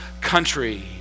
country